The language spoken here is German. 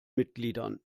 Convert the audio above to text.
mitgliedern